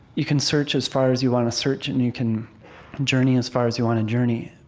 you can search as far as you want to search, and you can journey as far as you want to journey,